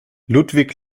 ludwig